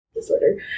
disorder